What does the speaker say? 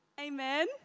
Amen